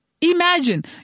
Imagine